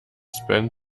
spend